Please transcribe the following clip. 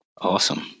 Awesome